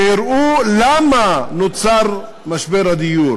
שיראו למה נוצר משבר הדיור: